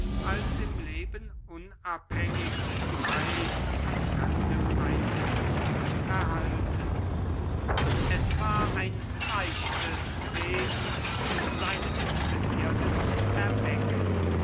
als im leben unabhängig und frey von fremdem einfluß zu erhalten es war ein leichtes gewesen seine wißbegierde zu erwecken